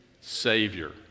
Savior